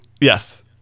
Yes